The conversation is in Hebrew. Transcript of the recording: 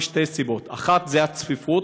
משתי סיבות: 1. הצפיפות,